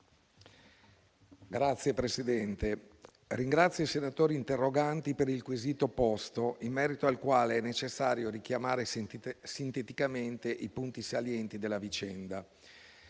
Signor Presidente, ringrazio i senatori interroganti per il quesito posto, in merito al quale è necessario richiamare sinteticamente i punti salienti della vicenda.